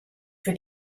für